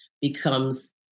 becomes